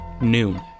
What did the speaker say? noon